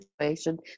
situation